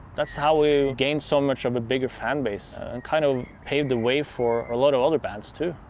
that's how we gained so much of a bigger fanbase, and kind of paved the way for a lot of other bands too.